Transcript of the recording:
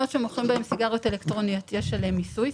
נמכרות סיגריות אלקטרוניות, יש עליהן מיסוי.